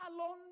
alone